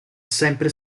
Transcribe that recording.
sempre